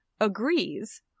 agrees